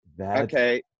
Okay